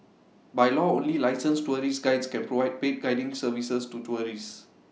by law only licensed tourist Guides can provide paid guiding services to tourists